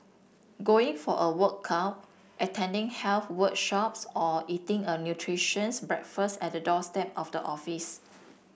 going for a workout attending health workshops or eating a breakfast at the doorstep of the office